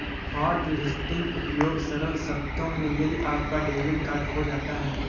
hotlisting उपयोग सरल शब्दों में यदि आपका डेबिट कार्ड खो जाता है